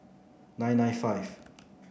nine nine five